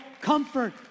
comfort